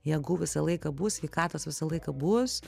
jėgų visą laiką bus sveikatos visą laiką bus